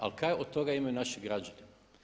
Ali šta od toga imaju naši građani?